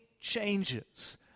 changes